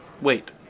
Wait